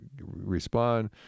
respond